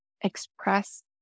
express